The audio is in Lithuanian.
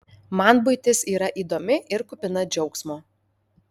man buitis yra įdomi ir kupina džiaugsmo